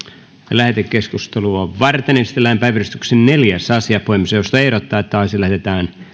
lähetekeskustelua varten esitellään päiväjärjestyksen neljäs asia puhemiesneuvosto ehdottaa että asia lähetetään